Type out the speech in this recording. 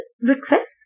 request